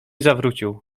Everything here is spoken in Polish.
zawrócił